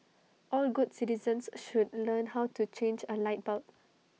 all good citizens should learn how to change A light bulb